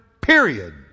period